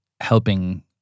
helping